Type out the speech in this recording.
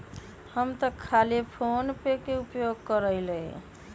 हम तऽ खाली फोनेपे के उपयोग करइले